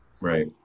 right